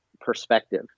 perspective